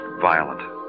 violent